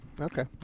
Okay